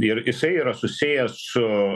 ir jisai yra susijęs su